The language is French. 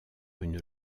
une